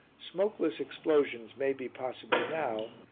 smokeless explosions may be possible now,